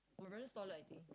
your brother's taller I think